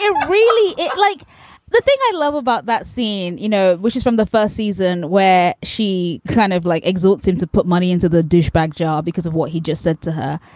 ah really, it's like the thing i love about that scene, you know, which is from the first season where she kind of like exhort him to put money into the douchebag jar because of what he just said to her.